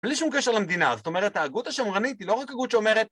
בלי שום קשר למדינה. זאת אומרת, ההגות השמרנית היא לא רק הגות שאומרת